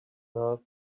half